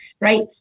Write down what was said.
right